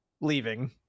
leaving